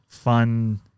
Fun